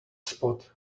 spot